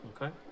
Okay